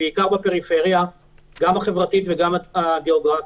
בעיקר בפריפריה גם החברתית וגם הגאוגרפית.